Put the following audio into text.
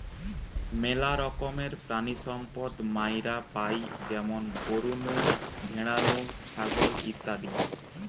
মেলা রকমের প্রাণিসম্পদ মাইরা পাই যেমন গরু নু, ভ্যাড়া নু, ছাগল ইত্যাদি